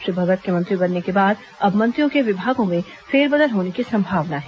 श्री भगत के मंत्री बनने के बाद अब मंत्रियों के विभागों में फेरबदल होने की संभावना है